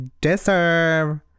deserve